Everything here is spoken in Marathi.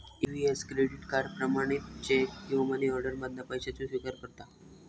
ई.वी.एस क्रेडिट कार्ड, प्रमाणित चेक किंवा मनीऑर्डर मधना पैशाचो स्विकार करता